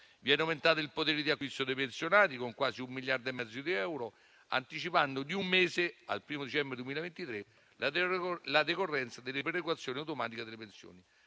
Viene aumentato il potere di acquisto dei pensionati, con quasi 1,5 miliardi di euro, anticipando di un mese, al 1° dicembre 2023, la decorrenza della perequazione automatica delle pensioni.